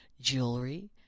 jewelry